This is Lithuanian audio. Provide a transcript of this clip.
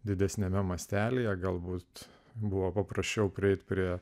didesniame mastelyje galbūt buvo paprasčiau prieiti prie